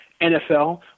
NFL